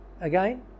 again